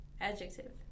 Adjective